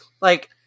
Like-